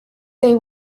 they